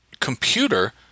computer